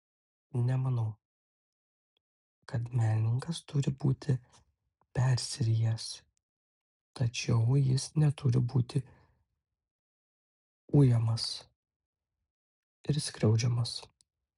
nemanau kad menininkas turi būti persirijęs tačiau jis neturi būti ujamas ir skriaudžiamas